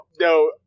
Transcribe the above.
no